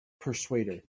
persuader